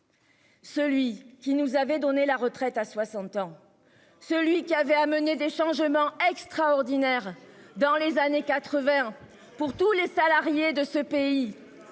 Celui qui nous avait donné la retraite à 60 ans. Celui qui avait amené des changements extraordinaires dans les années 80 pour tous les salariés de ce pays,